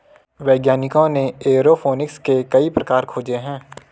वैज्ञानिकों ने एयरोफोनिक्स के कई प्रकार खोजे हैं